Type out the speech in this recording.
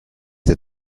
der